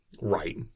Right